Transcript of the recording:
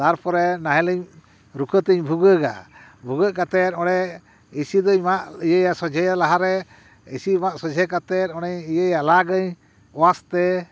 ᱛᱟᱨᱯᱚᱨᱮ ᱱᱟᱦᱮᱞᱤᱧ ᱨᱩᱠᱟᱹᱛᱮᱧ ᱵᱷᱩᱜᱟᱹᱜᱟ ᱵᱷᱩᱜᱟᱹᱜ ᱠᱟᱛᱮᱫ ᱚᱸᱰᱮ ᱤᱥᱤ ᱫᱚᱹᱧ ᱢᱟᱜ ᱤᱭᱟᱹᱭᱟ ᱥᱚᱡᱷᱮᱭᱟ ᱞᱟᱦᱟᱨᱮ ᱤᱥᱤ ᱢᱟᱜ ᱥᱚᱡᱷᱮ ᱠᱟᱛᱮᱫ ᱚᱱᱮᱧ ᱤᱭᱟᱹᱭᱟ ᱞᱟᱜᱟᱹᱧ ᱚᱣᱟᱥ ᱛᱮ